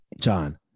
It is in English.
John